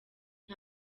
nta